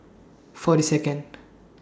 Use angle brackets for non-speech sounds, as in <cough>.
<noise> forty Second